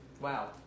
Wow